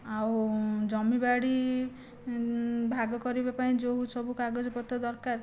ଆଉ ଜମିବାଡ଼ି ଭାଗ କରିବା ପାଇଁ ଯେଉଁ ସବୁ କାଗଜପତ୍ର ଦରକାର